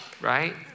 right